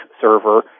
server